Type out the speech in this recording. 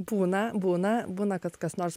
būna būna būna kad kas nors